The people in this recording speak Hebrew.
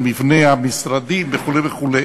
על מבנה המשרדים וכו' וכו'.